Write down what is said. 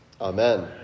Amen